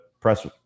press